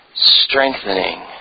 strengthening